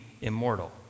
immortal